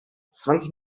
zwanzig